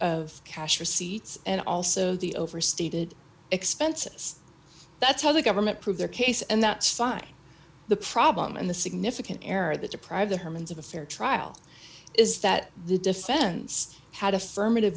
of cash receipts and also the overstated expenses that tell the government prove their case and that's fine the problem and the significant error that deprive the herman's of a fair trial is that the defense had affirmative